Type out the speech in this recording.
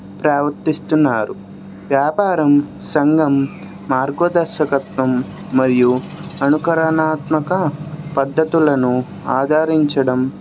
ప్రవర్తిస్తున్నారు వ్యాపారం సంఘం మార్గోదర్శకత్వం మరియు అనుకరణాత్మక పద్ధతులను ఆదారించడం